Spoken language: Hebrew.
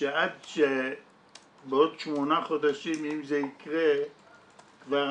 שעד שבעוד שמונה חודשים אם זה יקרה אני